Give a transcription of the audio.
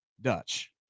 dutch